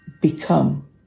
become